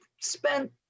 spent